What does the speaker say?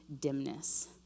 dimness